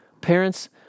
Parents